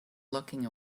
locking